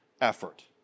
effort